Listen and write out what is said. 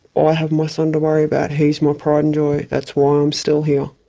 ah i have my son to worry about, he's my pride and joy, that's why i'm still here.